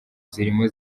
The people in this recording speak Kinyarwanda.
zirimo